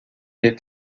est